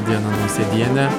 diana nausėdiene